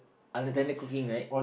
unattended cooking right